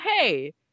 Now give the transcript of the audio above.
hey